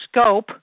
scope